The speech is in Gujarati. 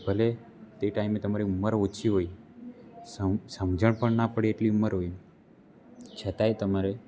ભલે તે ટાઈમે તમારી ઉંમર ઓછી હોય સમજણ પણ ના પડે એટલી ઉંમર હોય છતાંય તમારે